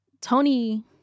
Tony